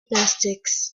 plastics